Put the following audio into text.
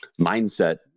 mindset